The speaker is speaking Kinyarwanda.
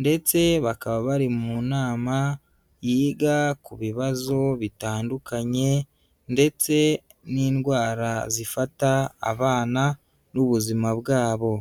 ndetse bakaba bari mu nama yiga ku bibazo bitandukanye ndetse n'indwara zifata abana n'ubuzima bwabo.